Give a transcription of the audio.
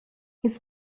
his